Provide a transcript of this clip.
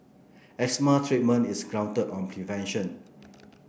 asthma treatment is grounded on prevention